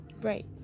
Right